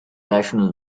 rational